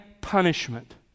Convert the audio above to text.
punishment